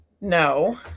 No